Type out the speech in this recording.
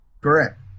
Correct